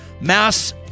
mass